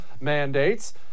mandates